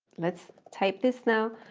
let's type this now,